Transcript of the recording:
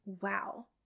wow